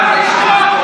תמה ההצבעה.